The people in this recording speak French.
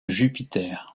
jupiter